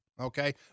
okay